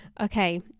okay